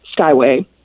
skyway